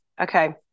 Okay